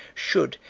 should,